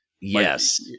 Yes